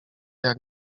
jak